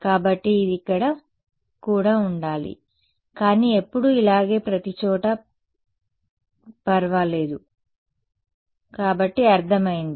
కాబట్టి ఇది ఇక్కడ కూడా ఉండాలి కానీ ఎప్పుడూ ఇలాగే ప్రతి చోటా పర్వాలేదు సరే కాబట్టి అర్థమైంది